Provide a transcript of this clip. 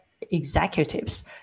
executives